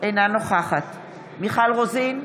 אינה נוכחת מיכל רוזין,